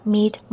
Meet